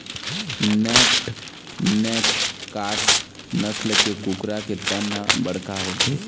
naked neck cross नसल के कुकरा के तन ह बड़का होथे